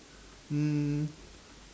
um